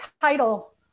title